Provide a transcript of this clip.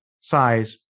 size